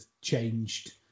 changed